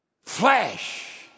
Flash